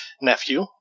nephew